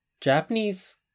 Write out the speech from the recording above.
Japanese